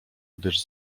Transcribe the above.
gdyż